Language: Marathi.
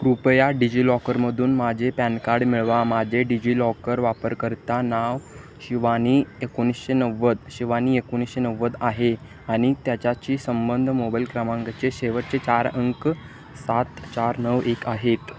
कृपया डिजिलॉकरमधून माझे पॅन कार्ड मिळवा माझे डिजिलॉकर वापरकर्ता नाव शिवानी एकोणीशे नव्वद शिवानी एकोणीसशे नव्वद आहे आणि त्याच्यासी संबंध मोबाईल क्रमांकचे शेवटचे चार अंक सात चार नऊ एक आहेत